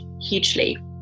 hugely